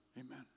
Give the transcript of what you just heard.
Amen